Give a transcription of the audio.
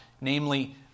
namely